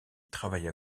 travailla